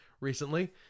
recently